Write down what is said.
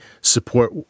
support